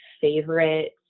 favorite